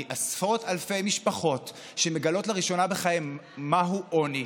עשרות אלפי משפחות מגלות לראשונה בחייהן מהו עוני,